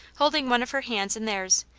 holding one of her hands in theirs,